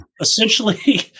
essentially